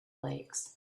lakes